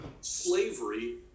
slavery